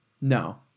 No